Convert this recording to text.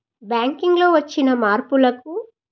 బ్యాంకింగ్లో వచ్చిన మార్పులకు